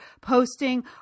posting